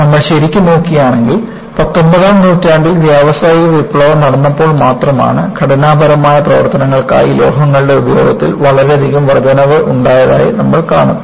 നമ്മൾ ശരിക്കും നോക്കുകയാണെങ്കിൽ പത്തൊൻപതാം നൂറ്റാണ്ടിൽ വ്യാവസായിക വിപ്ലവം നടന്നപ്പോൾ മാത്രമാണ് ഘടനാപരമായ പ്രവർത്തനങ്ങൾക്കായി ലോഹങ്ങളുടെ ഉപയോഗത്തിൽ വളരെയധികം വർദ്ധനവ് ഉണ്ടായതായി നമ്മൾ കാണുന്നു